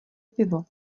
pivo